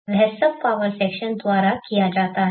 वह सब power section द्वारा किया जाता है